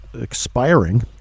expiring